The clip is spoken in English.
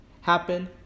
happen